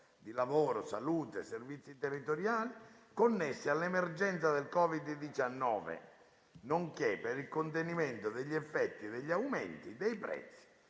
di lavoro, di salute e servizi territoriali, connesse all'emergenza da Covid-19, nonché per il contenimento degli effetti degli aumenti dei prezzi